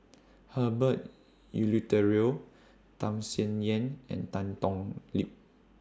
Herbert Eleuterio Tham Sien Yen and Tan Thoon Lip